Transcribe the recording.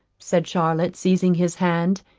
said charlotte, seizing his hand,